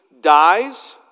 dies